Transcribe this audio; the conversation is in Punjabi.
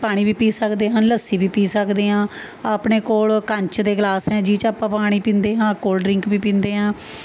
ਪਾਣੀ ਵੀ ਪੀ ਸਕਦੇ ਹਨ ਲੱਸੀ ਵੀ ਪੀ ਸਕਦੇ ਹਾਂ ਆਪਣੇ ਕੋਲ ਕੱਚ ਦੇ ਗਲਾਸ ਹੈ ਜਿਹ 'ਚ ਆਪਾਂ ਪਾਣੀ ਪੀਂਦੇ ਹਾਂ ਕੌਲਡ ਡਰਿੰਕ ਵੀ ਪੀਂਦੇ ਹਾਂ